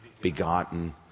begotten